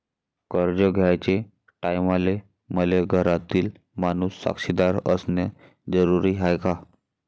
कर्ज घ्याचे टायमाले मले घरातील माणूस साक्षीदार असणे जरुरी हाय का?